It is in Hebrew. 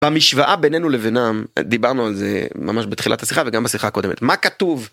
במשוואה בינינו לבינם דיברנו על זה ממש בתחילת השיחה וגם בשיחה קודמת מה כתוב.